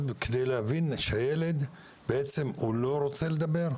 כדי להבין שהילד בעצם לא רוצה לדבר?